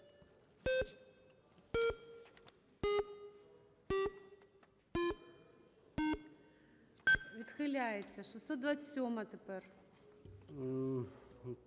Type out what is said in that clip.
Відхиляється. 627-а тепер.